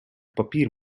papier